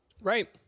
Right